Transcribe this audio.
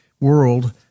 world